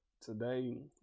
today